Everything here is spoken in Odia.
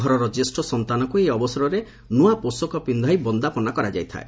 ଘରର ଜ୍ୟେଷ୍ଷ ସନ୍ତାନକୁ ଏହି ଅବସରରେ ନ୍ତଆ ପୋଷାକ ପିକ୍ଷାଇ ବନ୍ଦାପନା କରାଯାଏ